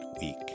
week